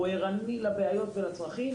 הוא ערני לבעיות ולצרכים,